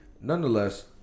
nonetheless